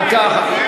דקה אחת.